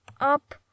up